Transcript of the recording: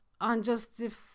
unjustified